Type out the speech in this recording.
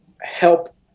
help